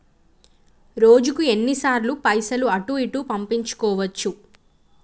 రోజుకు ఎన్ని సార్లు పైసలు అటూ ఇటూ పంపించుకోవచ్చు?